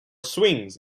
swings